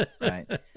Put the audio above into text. right